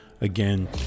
again